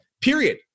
period